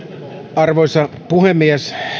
arvoisa puhemies